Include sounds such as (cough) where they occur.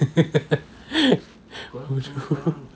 (laughs)